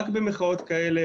רק במחאות כאלה,